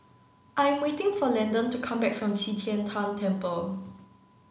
I'm waiting for Landen to come back from Qi Tian Tan Temple